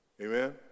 Amen